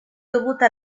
dovuta